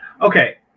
okay